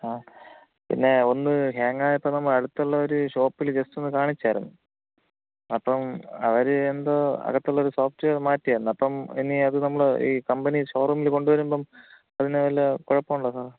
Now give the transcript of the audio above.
ആ പിന്നെ ഒന്ന് ഹാങ്ങായപ്പോള് നമ്മള് അടുത്തുള്ള ഒരു ഷോപ്പില് ജസ്റ്റ് ഒന്ന് കാണിച്ചായിരുന്നു അപ്പോള് അവര് എന്തോ അകത്തുള്ളൊരു സോഫ്റ്റ്വെയർ മാറ്റിയിരുന്നു അപ്പോള് ഇനി അത് നമ്മള് ഈ കമ്പനി ഷോറൂമില് കൊണ്ടുവരുമ്പോള് അതിനു വല്ല കുഴപ്പവുമുണ്ടോ സാര്